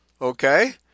okay